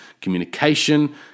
communication